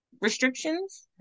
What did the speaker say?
restrictions